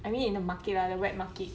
I mean in the market lah the wet market